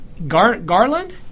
Garland